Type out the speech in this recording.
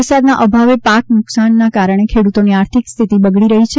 વરસાદના અભાવે પાક નુકશાનના કારણે ખેડૂતોની આર્થિક સ્થિતિ બગડી રહી છે